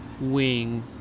wing